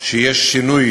שיש שינוי